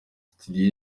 studio